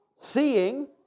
seeing